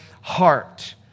heart